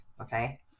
Okay